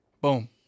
boom